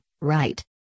right